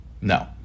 No